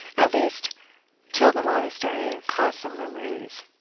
at least till the monastery caused some murmurings.